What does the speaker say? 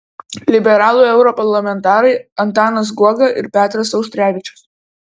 liberalų europarlamentarai antanas guoga ir petras auštrevičius